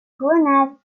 grenade